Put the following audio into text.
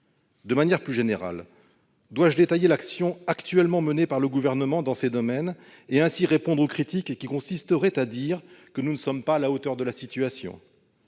De manière plus générale, dois-je détailler l'action actuellement menée par le Gouvernement dans ces domaines, et ainsi répondre aux critiques selon lesquelles nous ne serions pas à la hauteur de la situation ?